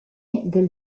del